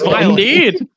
Indeed